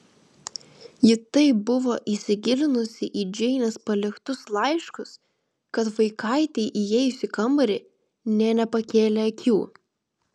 ji taip buvo įsigilinusi į džeinės paliktus laiškus kad vaikaitei įėjus į kambarį nė nepakėlė akių